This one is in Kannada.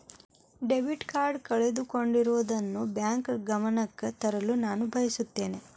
ಡೆಬಿಟ್ ಕಾರ್ಡ್ ಕಳೆದುಕೊಂಡಿರುವುದನ್ನು ಬ್ಯಾಂಕ್ ಗಮನಕ್ಕೆ ತರಲು ನಾನು ಬಯಸುತ್ತೇನೆ